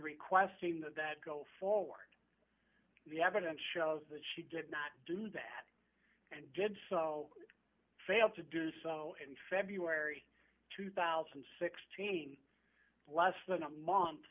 requesting that that go forward the evidence shows that she did not do that and did so failed to do so in february two thousand and sixteen less than a month